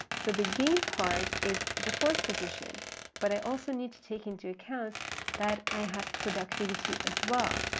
so the game part is the fourth position but i also need to take into account that i have productivity as well.